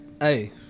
Hey